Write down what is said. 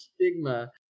stigma